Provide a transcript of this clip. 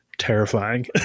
terrifying